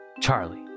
Charlie